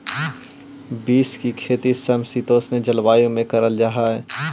beans की खेती समशीतोष्ण जलवायु में करल जा हई